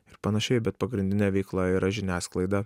ir panašiai bet pagrindinė veikla yra žiniasklaida